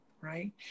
Right